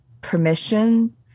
permission